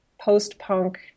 post-punk